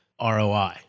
ROI